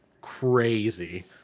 crazy